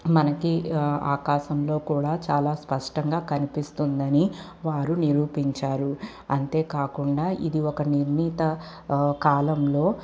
మనకి ఆకాశంలో కూడా చాలా స్పష్టంగా కనిపిస్తుంది అని వారు నిరూపించారు అంతేకాకుండా ఇది ఒక నిర్ణీత కాలంలో